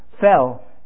fell